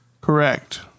Correct